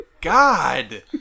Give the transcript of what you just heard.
God